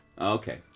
Okay